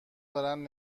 دارن